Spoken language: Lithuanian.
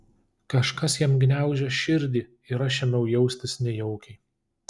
kažkas jam gniaužė širdį ir aš ėmiau jaustis nejaukiai